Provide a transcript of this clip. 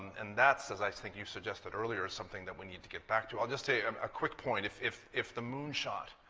and that's, as i think you suggested earlier, is something that we need to get back to. i'll just say um a quick point. if if the moonshot